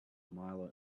mile